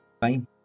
Fine